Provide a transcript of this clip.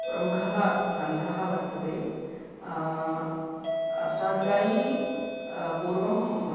प्रमुखः ग्रन्थः वर्तते अष्टाध्यायी पूर्वम्